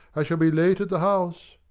i shall be late at the house.